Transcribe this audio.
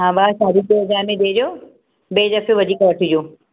हा भाउ साढी टे हज़ार में भेजो ॿिए दफ़े वधीक वठिजो